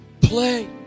play